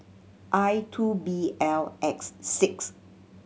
I two B L X six